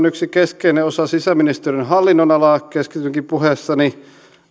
yksi keskeinen osa sisäministeriön hallinnonalaa keskitynkin puheessani